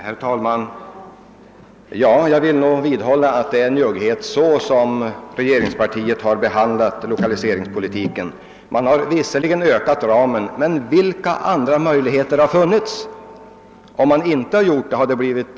Herr talman! Jag vidhåller att regeringspartiet behandlat lokaliseringspolitiken med njugghet. Man har visserligen vidgat ramen när den har sprängts, men vilka andra möjligheter har funnits?